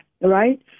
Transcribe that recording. Right